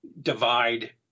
divide